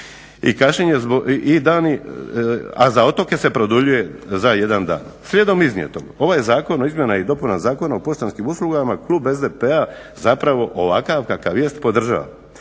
tjednu i dani, a za otoke se produljuje za jedan dan. Slijedom iznijetog, ovaj Zakon o izmjenama i dopunama Zakona o poštanskim uslugama klub SDP-a zapravo ovakav kakav jest podržava.